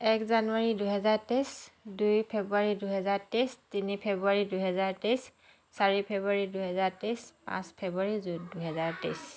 এক জানুৱাৰী দুহেজাৰ তেইছ দুই ফেব্ৰুৱাৰী দুহেজাৰ তেইছ তিনি ফেব্ৰুৱাৰী দুহেজাৰ তেইছ চাৰি ফেব্ৰুৱাৰী দুহেজাৰ তেইছ পাঁচ ফেব্ৰুৱাৰী জু দুহেজাৰ তেইছ